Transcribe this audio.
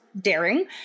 daring